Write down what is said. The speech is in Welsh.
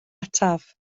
ataf